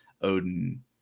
Odin